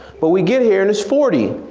but we get here and it's forty,